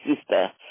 sister